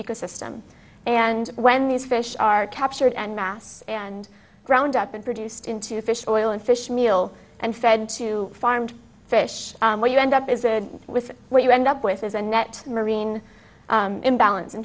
ecosystem and when these fish are captured and masts and ground up and produced into fish oil and fish meal and fed to farmed fish what you end up is that with what you end up with is a net marine imbalance in